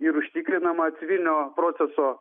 ir užtikrinama civilinio proceso